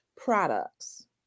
products